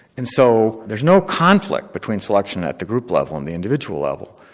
and so there's no conflict between selection at the group level and the individual level,